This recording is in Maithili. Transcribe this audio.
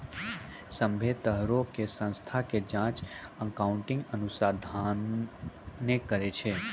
सभ्भे तरहो के संस्था के जांच अकाउन्टिंग अनुसंधाने करै छै